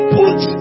put